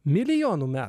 milijonų metų